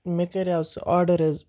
مےٚ کریاو سُہ آڈر حظ